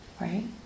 right